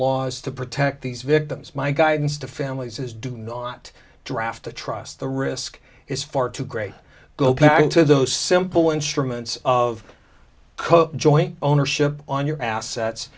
laws to protect these victims my guidance to families is do not draft the trust the risk is far too great go back into those simple instruments of cook joint ownership on your assets